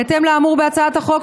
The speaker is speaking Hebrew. בהתאם לאמור בהצעת החוק,